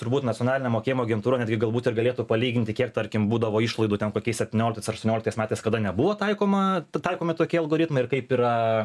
turbūt nacionalinė mokėjimo agentūra netgi galbūt ir galėtų palyginti kiek tarkim būdavo išlaidų ten kokiais septynioliktais aštuonioliktais metais kada nebuvo taikoma taikomi tokie algoritmai ir kaip yra